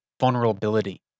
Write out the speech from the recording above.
vulnerability